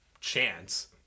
chance